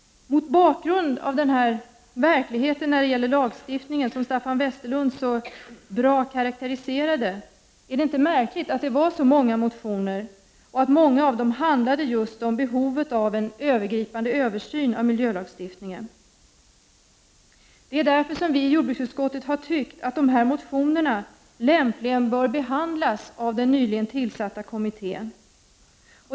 Mot bakgrund av verkligheten när det gäller lagstiftningen, som Staffan Westerlund så bra karakteriserat, är det inte märkligt att så många motioner väcktes och att många av dem handlar just om behovet av en övergripande översyn av miljölagstiftningen. Det är därför som vi i jordbruksutskottet anser att dessa motioner lämpligen bör behandlas av den nyligen tillsatta kommittén.